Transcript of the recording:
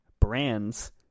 brands